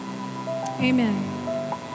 amen